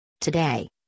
Today